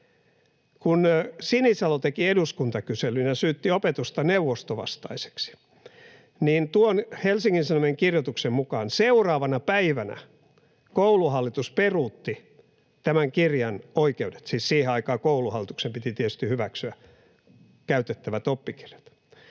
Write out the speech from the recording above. Kun Sinisalo teki eduskuntakyselyn ja syytti opetusta neuvostovastaiseksi, niin tuon Helsingin Sanomien kirjoituksen mukaan seuraavana päivänä Kouluhallitus peruutti tämän kirjan oikeudet — siis siihen aikaan Kouluhallituksen piti tietysti hyväksyä käytettävät oppikirjat.